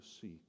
seek